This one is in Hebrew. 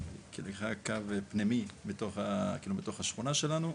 בשעה אחת וחצי, לקחה קו פנימי בתוך השכונה שלנו,